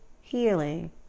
healing